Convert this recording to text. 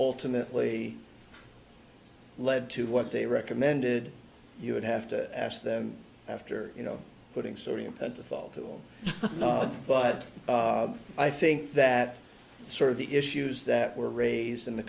ultimately led to what they recommended you would have to ask them after you know putting sodium pentothal to nothing but i think that sort of the issues that were raised in the